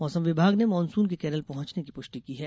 मौसम विभाग ने मानसून के केरल पहुंचने की पुष्टि की है